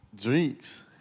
drinks